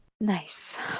Nice